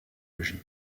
logis